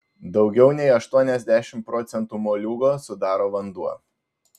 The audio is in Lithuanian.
daugiau nei aštuoniasdešimt procentų moliūgo sudaro vanduo